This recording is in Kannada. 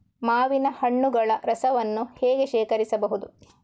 ಮಾವಿನ ಹಣ್ಣುಗಳ ರಸವನ್ನು ಹೇಗೆ ಶೇಖರಿಸಬಹುದು?